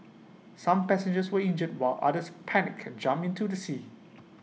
some passengers were injured while others panicked and jumped into the sea